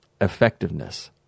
effectiveness